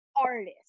artist